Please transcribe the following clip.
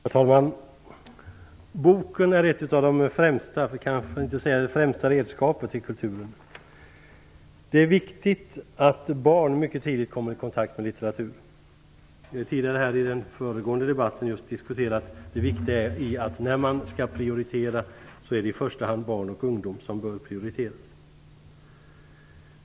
Herr talman! Boken är ett av de främsta, för att inte säga det främsta, redskapet i kulturen. Det är viktigt att barn mycket tidigt kommer i kontakt med litteratur. I den föregående debatten har vi just diskuterat det viktiga i att när man skall prioritera är det i första hand barn och ungdom som bör prioriteras.